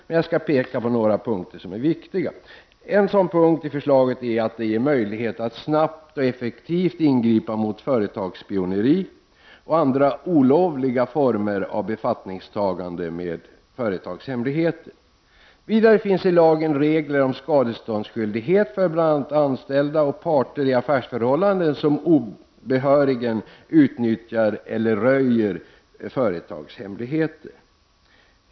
Men jag skall peka på några viktiga punkter. En sådan punkt i förslaget är att det ger möjligheter att snabbt och effektivt ingripa mot företagsspioneri och andra olovliga former av befattning med företagshemligheter. Vidare finns i lagen regler om skadeståndsskyldighet för bl.a. anställda och parter i affärsförhållanden som obehörigen utnyttjar eller röjer företagshemligheter.